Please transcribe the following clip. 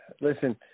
Listen